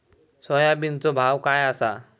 सोयाबीनचो भाव काय आसा?